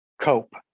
cope